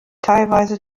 teilweise